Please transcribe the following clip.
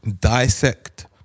dissect